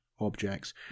objects